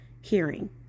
hearing